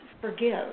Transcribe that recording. forgive